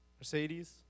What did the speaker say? Mercedes